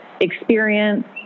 experience